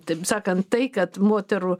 taip sakant tai kad moterų